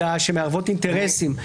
אלא שמערבות אינטרסים.